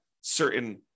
certain